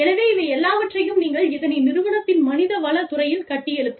எனவே இவை எல்லாவற்றையும் நீங்கள் இதனை நிறுவனத்தின் மனிதவள துறையில் கட்டியெழுப்ப வேண்டும்